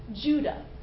Judah